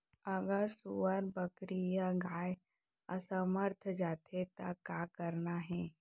अगर सुअर, बकरी या गाय असमर्थ जाथे ता का करना हे?